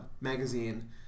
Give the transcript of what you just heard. magazine